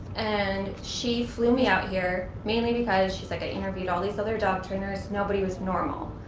and she flew me out here. mainly because she's like i interviewed all these other dog trainers. nobody was normal.